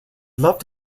loved